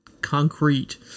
concrete